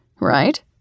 right